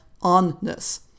onness